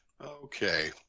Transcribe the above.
Okay